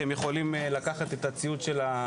היא לא יודעת שהיא יכולה לקחת את הציוד של הצילומים,